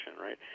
right